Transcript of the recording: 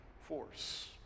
force